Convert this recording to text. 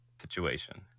situation